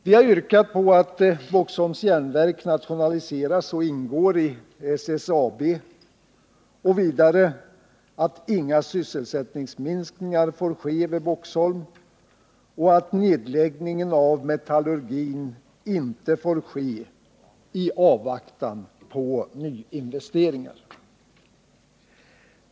Vi har yrkat på att Boxholms järnverk nationaliseras och ingår i SSAB, vidare att inga sysselsättningsminskningar får ske vid Boxholm och att nedläggning av metallurgin inte får ske i avvaktan på nyinvesteringar.